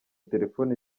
telefoni